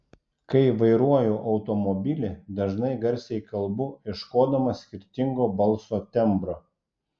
kai vairuoju automobilį dažnai garsiai kalbu ieškodama skirtingo balso tembro